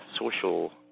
social